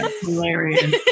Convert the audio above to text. hilarious